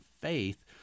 faith